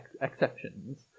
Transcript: exceptions